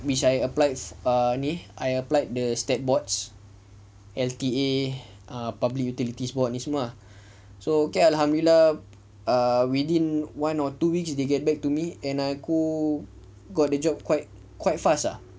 which I applied ah ni I applied the stat boards L_T_A public utilities board ni semua so okay lah alhamdulillah err within one or two weeks they get back to me and aku got the job quite quite fast ah